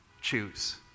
choose